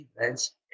events